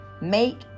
Make